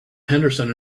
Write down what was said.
henderson